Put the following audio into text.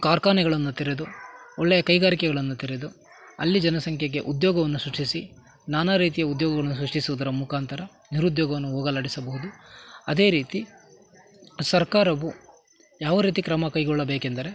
ಕಾರ್ಖಾನೆಗಳನ್ನು ತೆರೆದು ಒಳ್ಳೆಯ ಕೈಗಾರಿಕೆಗಳನ್ನು ತೆರೆದು ಅಲ್ಲಿ ಜನಸಂಖ್ಯೆಗೆ ಉದ್ಯೋಗವನ್ನು ಸೃಷ್ಟಿಸಿ ನಾನಾ ರೀತಿಯ ಉದ್ಯೋಗಗಳನ್ನು ಸೃಷ್ಟಿಸುವುದರ ಮುಖಾಂತರ ನಿರುದ್ಯೋಗವನ್ನು ಹೋಗಲಾಡಿಸಬಹುದು ಅದೇ ರೀತಿ ಸರ್ಕಾರವು ಯಾವ ರೀತಿ ಕ್ರಮ ಕೈಗೊಳ್ಳಬೇಕೆಂದರೆ